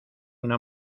una